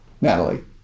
Natalie